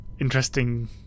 interesting